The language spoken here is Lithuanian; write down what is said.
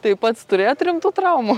tai pats turėjote rimtų traumų